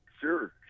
Sure